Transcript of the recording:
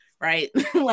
right